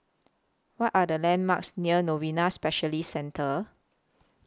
What Are The landmarks near Novena Specialist Centre